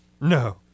No